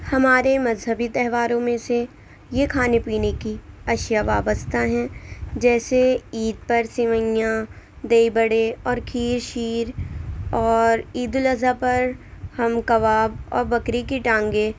ہمارے مذہبی تہواروں میں سے یہ کھانے پینے کی اشیا وابستہ ہیں جیسے عید پر سوئیاں دہی بڑے اور کھیر شیر اور عیدالاضحیٰ پر ہم کباب اور بکری کی ٹانگیں